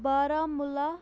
Baramulla